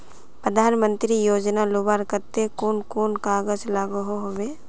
प्रधानमंत्री योजना लुबार केते कुन कुन कागज लागोहो होबे?